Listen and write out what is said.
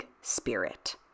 spirit